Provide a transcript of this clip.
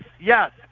yes